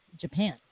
Japan